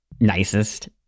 nicest